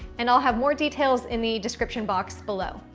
and, i'll have more details in the description box below.